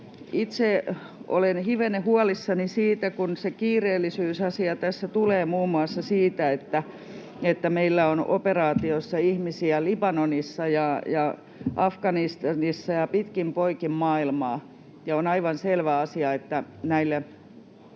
Itse olen hivenen huolissani siitä, kun se kiireellisyysasia tässä tulee muun muassa siitä, että meillä on ihmisiä operaatioissa Libanonissa ja Afganistanissa ja pitkin poikin maailmaa, ja on aivan selvä asia, että näille